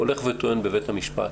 הולך וטוען בבית המשפט.